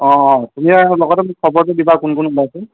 তুমি আৰু মোক লগতে মোক খবৰটো দিবা কোন কোন ওলাইছে